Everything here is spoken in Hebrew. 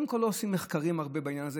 קודם כול לא עושים הרבה מחקרים בעניין הזה.